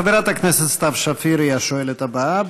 חברת הכנסת סתיו שפיר היא השואלת הבאה.